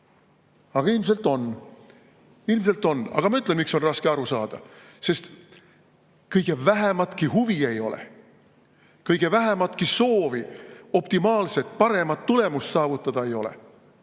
on. Ilmselt on. Aga ma ütlen, miks on raske aru saada: sest kõige vähematki huvi ei ole, kõige vähematki soovi optimaalset ja paremat tulemust saavutada ei ole.